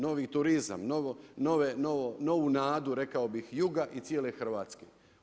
Novi turizam, novu nadu rekao bih juga i cijele Hrvatske.